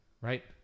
right